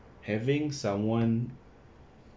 having someone